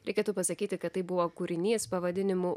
reikėtų pasakyti kad tai buvo kūrinys pavadinimu